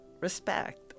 respect